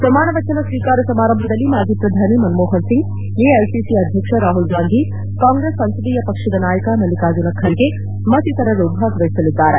ಪ್ರಮಾಣವಚನ ಸ್ವೀಕಾರ ಸಮಾರಂಭದಲ್ಲಿ ಮಾಜಿ ಪ್ರಧಾನಿ ಮನಮೋಹನ್ಸಿಂಗ್ ಎಐಸಿಸಿ ಅಧ್ಯಕ್ಷ ರಾಹುಲ್ಗಾಂಧಿ ಕಾಂಗ್ರೆಸ್ ಸಂಸದೀಯ ಪಕ್ಷದ ನಾಯಕ ಮಲ್ಲಿಕಾರ್ಜುನ ಖರ್ಗೆ ಮತ್ತಿತರರು ಭಾಗವಹಿಸಲಿದ್ದಾರೆ